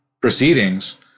proceedings